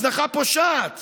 הזנחה פושעת